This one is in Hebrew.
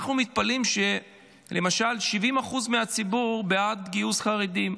אנחנו מתפלאים למשל ש-70% מהציבור בעד גיוס חרדים,